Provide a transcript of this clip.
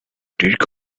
dirk